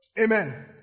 Amen